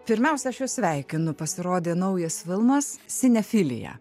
pirmiausia aš jus sveikinu pasirodė naujas filmas sinefilija